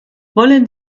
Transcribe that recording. wollen